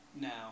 now